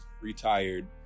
retired